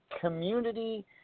Community